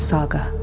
Saga